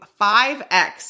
5X